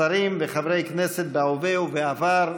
שרים וחברי כנסת בהווה ובעבר,